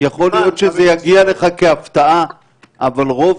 יש מי